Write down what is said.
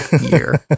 year